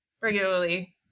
regularly